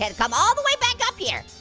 had to come all the way back up here.